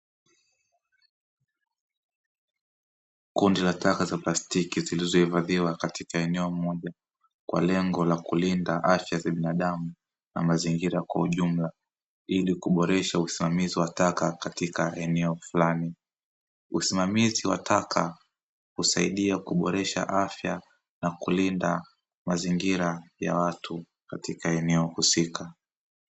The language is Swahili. Kundi la taka za plastiki zilizohifadhiwa katika eneo moja kwa lengo la kulinda afya za binadamu na mazingira kwa ujumla ili kuboresha usimamizi wa taka katika eneo fulani. Usimamizi wa taka kusaidia kuboresha afya na kulinda mazingira ya watu katika eneo husika.